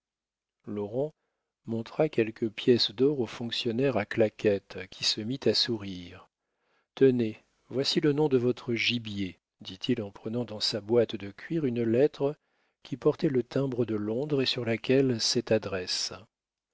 laurent montra quelques pièces d'or au fonctionnaire à claquette qui se mit à sourire tenez voici le nom de votre gibier dit-il en prenant dans sa boîte de cuir une lettre qui portait le timbre de londres et sur laquelle cette adresse